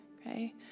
okay